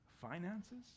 finances